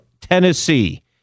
Tennessee